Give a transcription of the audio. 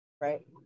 Right